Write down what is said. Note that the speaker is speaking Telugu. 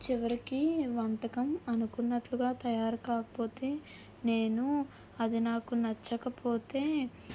చివరికి వంటకం అనుకున్నట్లుగా తయారు కాకపోతే నేను అది నాకు నచ్చకపోతే